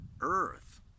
Earth